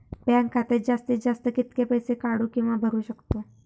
Bank खात्यात जास्तीत जास्त कितके पैसे काढू किव्हा भरू शकतो?